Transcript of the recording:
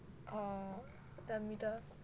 oh the middle